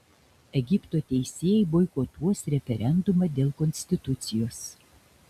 egipto teisėjai boikotuos referendumą dėl konstitucijos